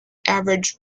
average